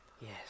Yes